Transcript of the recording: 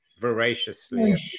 voraciously